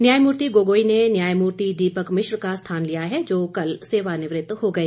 न्यायमूर्ति गोगोई ने न्यायमूर्ति दीपक मिश्र का स्थान लिया है जो कल सेवानिवृत हो गए